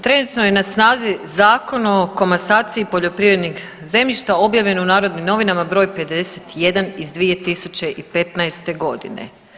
Trenutno je na snazi Zakon o komasaciji poljoprivrednog zemljišta objavljen u Narodnim novinama broj 51 iz 2015. godine.